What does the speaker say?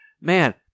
man